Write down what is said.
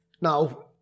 Now